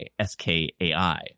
SKAI